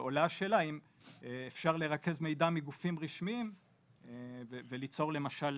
ועולה שאלה האם אפשר לרכז מידע מגופים רשמיים וליצור למשל